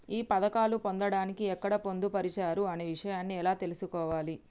ఈ పథకాలు పొందడానికి ఎక్కడ పొందుపరిచారు అనే విషయాన్ని ఎలా తెలుసుకోవాలి?